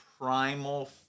primal